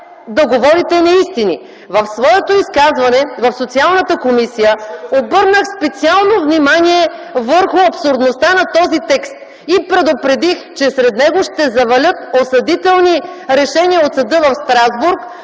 да говорите неистини. В своето изказване в Социалната комисия обърнах специално внимание върху абсурдността на този текст и предупредих, че след него ще завалят осъдителни решения от съда в Страсбург